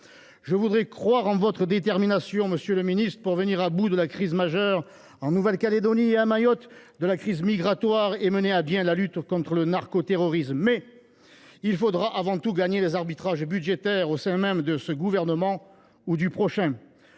je voudrais croire en votre détermination pour venir à bout de la crise majeure qui sévit en Nouvelle Calédonie et à Mayotte et de la crise migratoire, ainsi que pour mener à bien la lutte contre le narcoterrorisme. Pour cela il faudra avant tout gagner les arbitrages budgétaires au sein même de ce gouvernement… ou du prochain.